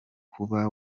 kuba